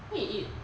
wait you